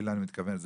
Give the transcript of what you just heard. חלילה אני מתכוון זה